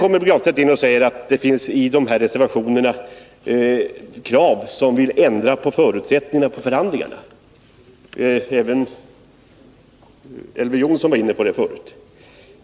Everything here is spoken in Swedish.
Pär Granstedt sade att det i reservationerna finns krav på att man skall ändra förutsättningarna för förhandlingarna. Även Elver Jonsson var tidigare inne på det.